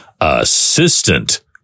assistant